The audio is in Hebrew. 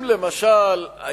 מה למשל?